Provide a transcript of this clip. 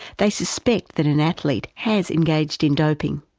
they suspect that an athlete has engaged in doping.